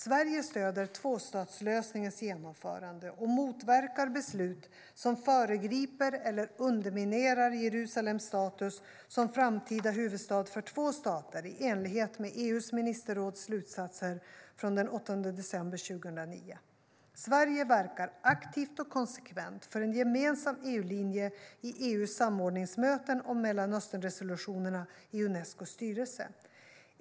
Sverige stöder tvåstatslösningens genomförande och motverkar beslut som föregriper eller underminerar Jerusalems status som framtida huvudstad för två stater, i enlighet med EU:s ministerråds slutsatser från den 8 december 2009. Sverige verkade aktivt och konsekvent för en gemensam EU-linje i EU:s samordningsmöten om Mellanösternresolutionerna i Unescos styrelse.